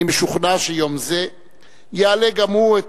אני משוכנע שיום זה יעלה גם הוא את